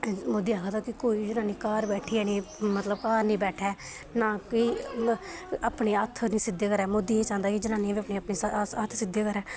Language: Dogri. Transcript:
मोदी आखदा कि कोई बी जनानी घार बैठियै निं मतलब घर निं बैठै नां कि अपने हत्थ सिद्धे करै मोदी एह् चांह्दा ऐ कि जनानी अपने हत्थ सिद्धे करै